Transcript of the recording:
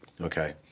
Okay